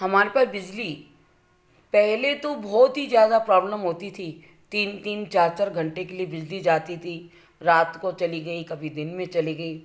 हमारे पर बिजली पहले तो बहुत ही ज़्यादा प्रॉब्लम होती थी तीन तीन चार चार घंटे के लिए बिजली जाती थी रात को चली गई कभी दिन में चली गई